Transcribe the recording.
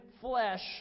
flesh